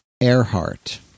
Earhart